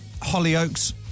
Hollyoaks